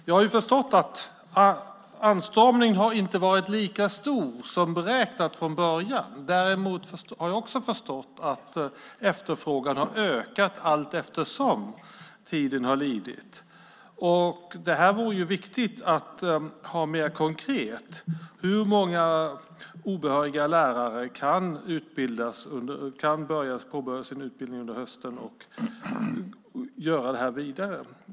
Jag har förstått att anstormningen inte har varit lika stor som man beräknat från början. Däremot har jag också förstått att efterfrågan har ökat allteftersom tiden har lidit. Det vore viktigt att veta mer konkret: Hur många obehöriga lärare kan påbörja sin utbildning under hösten och göra det här vidare?